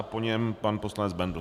Po něm pan poslanec Bendl.